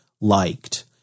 liked